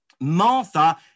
Martha